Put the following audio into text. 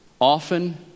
often